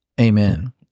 Amen